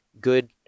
good